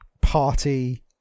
party